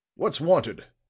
what's wanted?